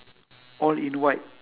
all in white